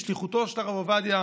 בשליחותו של הרב עובדיה,